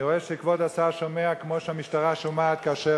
אני רואה שכבוד השר שומע כמו שהמשטרה שומעת כאשר